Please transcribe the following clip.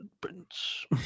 Prince